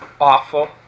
Awful